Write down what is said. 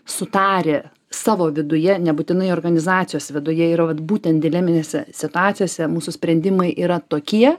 sutarę savo viduje nebūtinai organizacijos viduje yra vat būtent dinaminėse situacijose mūsų sprendimai yra tokie